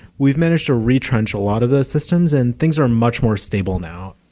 we've managed to retrench a lot of those systems and things are much more stable now.